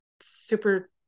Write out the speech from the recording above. super